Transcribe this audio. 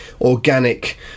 organic